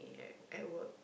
ya at work